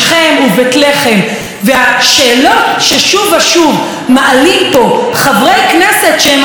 והשאלות ששוב ושוב מעלים פה חברי כנסת שהם אנשים ציוניים,